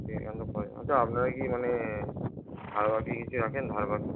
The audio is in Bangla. আচ্ছা আপনারা কি মানে ধারবাকি কিছু রাখেন ধারবাকি